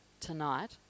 tonight